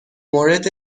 مورد